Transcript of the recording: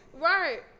Right